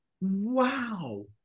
Wow